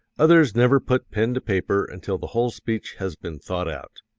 others never put pen to paper until the whole speech has been thought out.